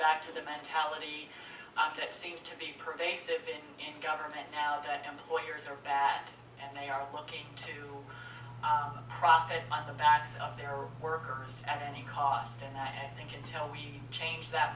back to the mentality that seems to be pervasive in government now that employers are bad and they are looking to profit on the backs of their workers at any cost and i think until we change that